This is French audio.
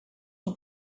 son